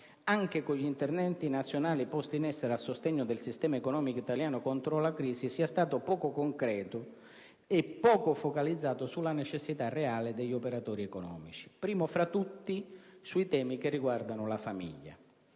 anche con gli interventi nazionali posti in essere a sostegno del sistema economico italiano contro la crisi, sia stato poco concreto e poco focalizzato sulle necessità reali degli operatori economici e, innanzi tutto, sui temi che riguardano la famiglia.